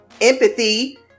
empathy